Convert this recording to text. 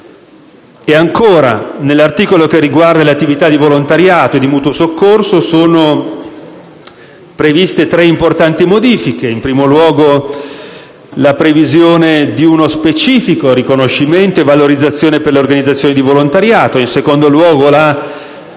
Ancora, nell'articolo che riguarda le attività di volontariato, di promozione sociale e di mutuo soccorso, sono previste tre importanti modifiche. In primo luogo, la previsione di uno specifico riconoscimento e di una valorizzazione per le organizzazioni di volontariato; in secondo luogo, la costituzione